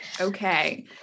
Okay